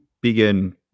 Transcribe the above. begin